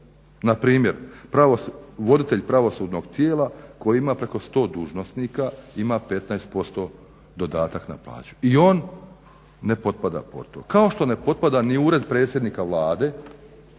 Na primjer, voditelj pravosudnog tijela koji ima preko sto dužnosnika ima 15% dodatak na plaću. I on ne potpada pod to, kao što ne potpada ni Ured predsjednika Vlade,